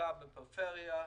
שנמצאת בפריפריה,